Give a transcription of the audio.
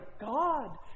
God